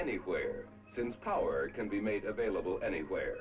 anywhere since power can be made available anywhere